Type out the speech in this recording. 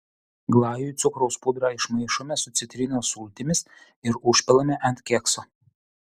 glajui cukraus pudrą išmaišome su citrinos sultimis ir užpilame ant kekso